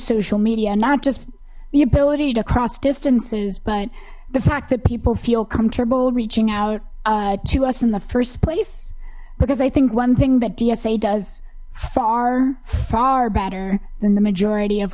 social media not just the ability to cross distances but the fact that people feel comfortable reaching out to us in the first place because i think one thing that dsa does far far better than the majority of